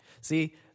See